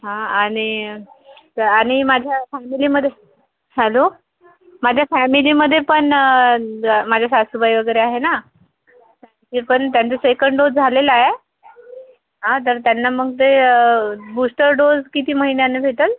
हां आण च आण माझ्या फॅमिलीमध्ये हॅलो माझ्या फॅमिलीमध्ये पण ज माझ्या सासूबाई वगैरे आहे ना ते पण त्यांचा सेकंड डोस झालेला आहे आं तर त्यांना मग ते बूस्टर डोस किती महिन्यानं भेटेल